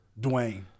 Dwayne